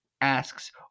asks